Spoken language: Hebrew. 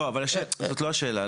לא, אבל זאת לא הייתה השאלה.